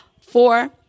Four